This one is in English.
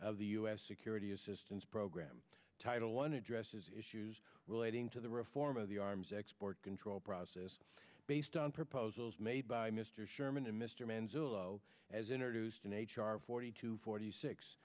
of the u s security assistance program title one addresses issues relating to the reform of the arms export control process based on proposals made by mr sherman and mr manzullo as introduced in h r forty two forty six